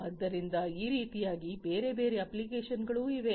ಆದ್ದರಿಂದ ಈ ರೀತಿಯಾಗಿ ಬೇರೆ ಬೇರೆ ಅಪ್ಲಿಕೇಶನ್ಗಳೂ ಇವೆ